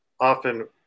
often